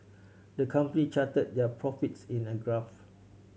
the company charted their profits in a graph